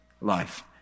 Life